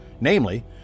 Namely